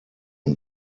und